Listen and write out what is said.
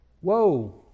Whoa